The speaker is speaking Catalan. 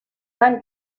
tant